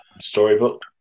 storybook